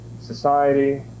society